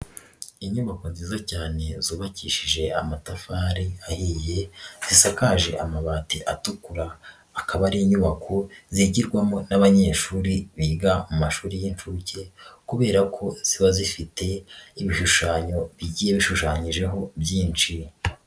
Inyubako nziza cyane zubakishije amatafari ahiye, zisakaje amabati atukura, akaba ari inyubako yigirwamo n'abanyeshuri biga mu mashuri y'inshuke kubera ko ziba zifite ibishushanyo bigiye bishushanyijeho byinshi.